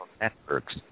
networks